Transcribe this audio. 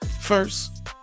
First